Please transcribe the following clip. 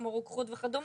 כמו רוקחות וכדומה,